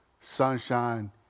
sunshine